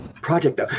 project